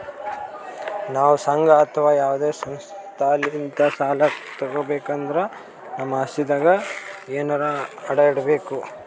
ನಾವ್ ಸಂಘ ಅಥವಾ ಯಾವದೇ ಸಂಸ್ಥಾಲಿಂತ್ ಸಾಲ ತಗೋಬೇಕ್ ಅಂದ್ರ ನಮ್ ಆಸ್ತಿದಾಗ್ ಎನರೆ ಅಡ ಇಡ್ಬೇಕ್